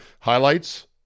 highlights